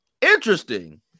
Interesting